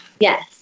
Yes